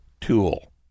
tool